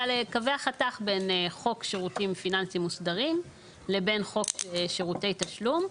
לקווי החתך בין חוק שירותים פיננסי מוסדרים לבין חוק שירותי תשלום.